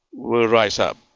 will rise up.